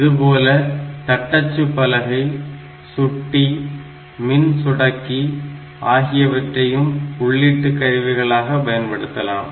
இதுபோல தட்டச்சுப் பலகை சுட்டி மின் சுடக்கி ஆகியவற்றையும் உள்ளீட்டுக் கருவிகளாக பயன்படுத்தலாம்